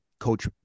coach